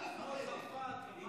את מפחדת, את מפחדת.